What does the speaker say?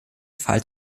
fall